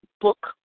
book